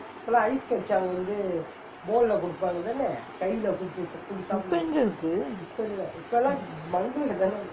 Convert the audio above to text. இப்பே எங்கே இருக்கு:ippae engae irukku